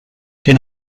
den